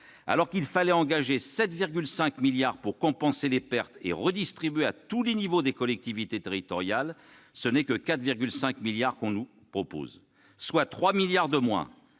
Alors qu'il fallait engager 7,5 milliards d'euros pour compenser les pertes et redistribuer à tous les niveaux des collectivités territoriales, on nous propose seulement 4,5 milliards d'euros, soit 3 milliards de moins